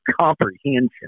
comprehension